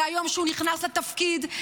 מהיום שהוא נכנס לתפקיד,